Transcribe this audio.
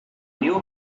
new